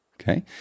okay